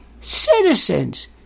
citizens